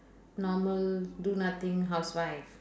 normal do nothing housewife